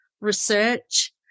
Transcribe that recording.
research